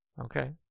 Okay